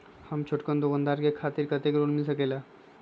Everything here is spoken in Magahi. हम छोटकन दुकानदार के खातीर कतेक ऋण मिल सकेला?